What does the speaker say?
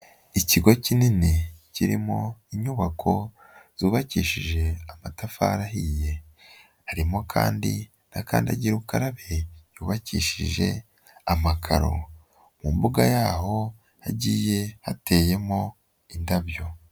Ikigo kinini kirimo inyubako zubakishije amatafari ahiye, arimo kandi n'akandagira ukarabe yubakishije amakaro, mu mbuga y'aho hagiye hateyemo indabyo.